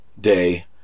day